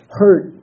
hurt